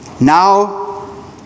Now